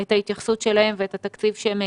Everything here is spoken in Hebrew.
אתה התייחסות שלה ואת התקציב שהיא מייעדת.